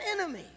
enemy